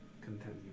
Continue